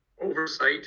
oversight